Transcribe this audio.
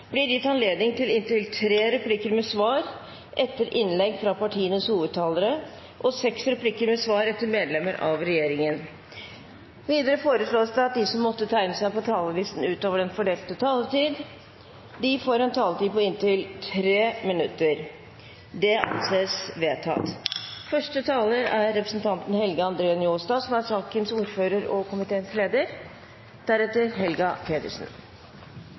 blir gitt anledning til inntil tre replikker med svar etter innlegg fra partienes hovedtalere og seks replikker med svar etter innlegg fra medlemmer av regjeringen. Videre foreslås det at de som måtte tegne seg på talerlisten utover den fordelte taletid, får en taletid på inntil 3 minutter. – Det anses vedtatt. Det er hyggeleg å kunna ha ein kommuneproposisjonsdebatt og hyggeleg med besøk frå Finland. Eg hugsar at ein av dei første komitéturane kommunal- og